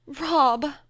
Rob